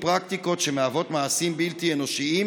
ופרקטיקות שמהוות מעשים בלתי אנושיים,